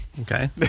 Okay